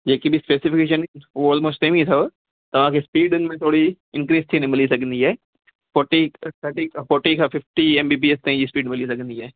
जेकी बि स्पेसिफ़िकेशन उहो ऑलमोस्ट सेम ई अथव तव्हांखे स्पीड हिनमें थोरा इंक्रीज थी मिली सघंदी आहे फ़ोर्टी थर्टी खां फ़ोर्टी खां फ़िफ़्टी एब बी पी एच तईं स्पीड मिली सघंदी आहे